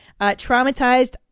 Traumatized